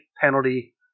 penalty